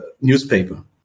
newspaper